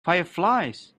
fireflies